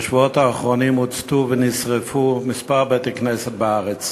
בשבועות האחרונים הוצתו ונשרפו כמה בתי-כנסת בארץ.